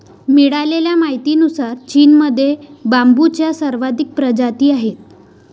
मिळालेल्या माहितीनुसार, चीनमध्ये बांबूच्या सर्वाधिक प्रजाती आहेत